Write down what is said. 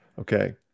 okay